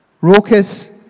Raucous